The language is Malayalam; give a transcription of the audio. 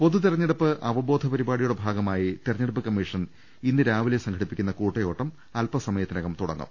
പൊതുതിരഞ്ഞെടുപ്പ് അവബോധ പരിപാടിയുടെ ഭാഗമായി തിര ഞ്ഞെടുപ്പ് കമ്മിഷൻ ഇന്ന് രാവിലെ സംഘടിപ്പിക്കുന്ന കൂട്ടയോട്ടം അൽപ്പ സമയത്തിനകം തുടങ്ങും